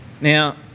Now